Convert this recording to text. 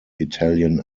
italian